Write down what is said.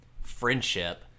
friendship